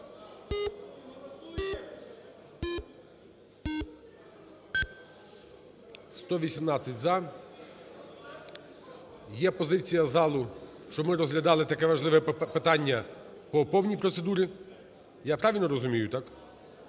За-118 Є позиція залу, щоб ми розглядали таке важливе питання по повній процедурі. Я правильно розумію?